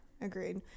agreed